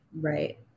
right